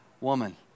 woman